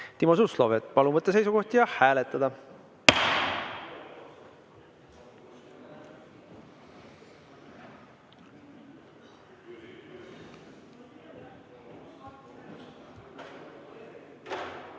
Timo Suslov. Palun võtta seisukoht ja hääletada!